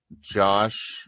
josh